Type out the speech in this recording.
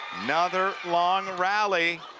another long rally